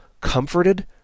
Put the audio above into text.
comforted